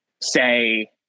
say